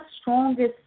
strongest